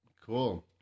Cool